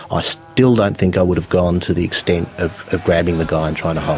i still don't think i would have gone to the extent of of grabbing the guy and trying to hold